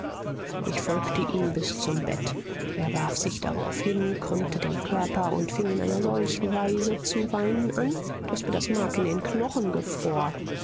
ich folgte ihm bis zum bett er warf sich darauf hin krümmte den körper und fing in einer solchen weise zu weinen an daß mir das mark in den knochen